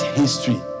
history